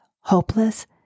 hopeless